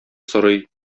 сорый